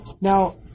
now